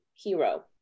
hero